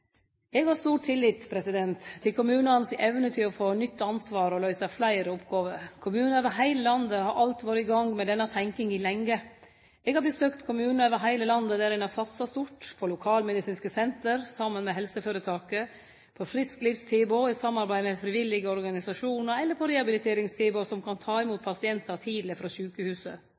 Eg har stor tillit til kommunane si evne til å få nytt ansvar og til å løyse fleire oppgåver. Kommunar over heile landet har allereie vore i gang med denne tenkinga lenge. Eg har besøkt kommunar over heile landet der ein har satsa stort – på lokalmedisinske senter saman med helseføretaket, på frisklivstilbod i samarbeid med frivillige organisasjonar, eller på rehabiliteringstilbod som kan ta imot pasientar tidleg frå sjukehuset.